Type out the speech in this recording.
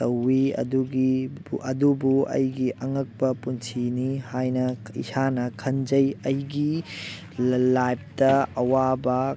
ꯇꯧꯋꯤ ꯑꯗꯨꯒꯤ ꯑꯗꯨꯕꯨ ꯑꯩꯒꯤ ꯑꯉꯛꯄ ꯄꯨꯟꯁꯤꯅꯤ ꯍꯥꯏꯅ ꯏꯁꯥꯅ ꯈꯟꯖꯩ ꯑꯩꯒꯤ ꯂꯥꯏꯞꯇ ꯑꯋꯥꯕ